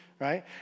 right